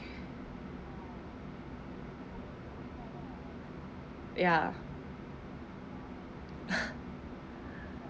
ya